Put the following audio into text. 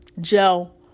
gel